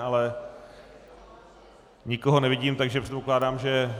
Ale nikoho nevidím, takže předpokládám, že